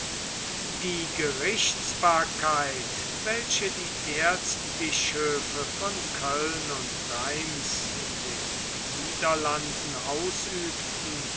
die gerichtsbarkeit welche die erzbischöfe von köln und rheims in den niederlanden ausübten